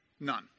None